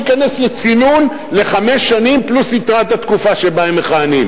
הם יצטרכו להיכנס לצינון לחמש שנים פלוס יתרת התקופה שבה הם מכהנים.